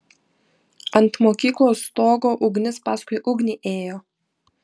ant mokyklos stogo ugnis paskui ugnį ėjo